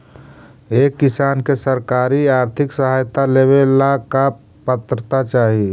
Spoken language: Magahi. एक किसान के सरकारी आर्थिक सहायता लेवेला का पात्रता चाही?